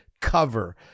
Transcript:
cover